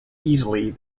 easily